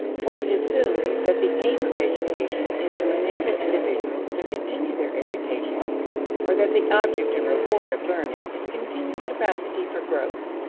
for it assumed that the aim of education is to enable individuals to continue their education or that the object and reward of learning is continued capacity for growth.